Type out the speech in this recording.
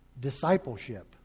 discipleship